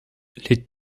les